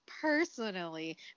personally